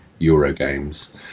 Eurogames